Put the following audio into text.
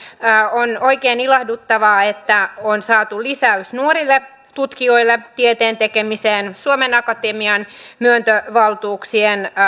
on oikein ilahduttavaa että on saatu lisäys nuorille tutkijoille tieteen tekemiseen suomen akatemian myöntövaltuuksien